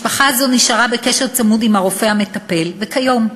משפחה זו נשארה בקשר צמוד עם הרופא המטפל, וכיום,